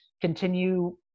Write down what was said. continue